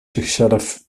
zichzelf